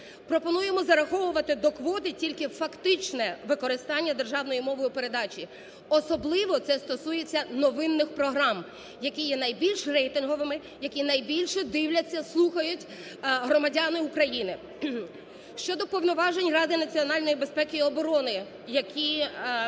Пропонуємо зараховувати до квоти тільки фактичне використання державною мовою передачі, особливо це стосується новинних програм, які є найбільш рейтинговими, які найбільше дивляться, слухають громадяни України. Щодо повноважень Ради національної безпеки і оборони, які